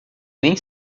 nem